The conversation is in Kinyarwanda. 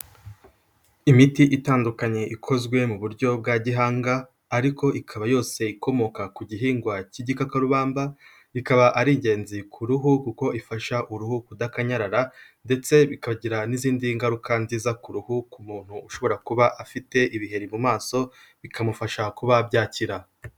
Imiti itandukanye ikozwe mu buryo bwa gihanga, ariko ikaba yose ikomoka ku gihingwa cy'igikakarubamba, bikaba ari ingenzi ku ruhu, kuko ifasha uruhu kudakanyara, ndetse bikagira n'izindi ngaruka nziza ku ruhu ku muntu ushobora kuba afite ibiheri mu maso bikamufasha kuba byakira.